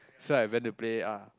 so I went to play uh